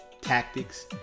tactics